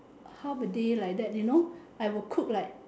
half a day like that you know I will cook like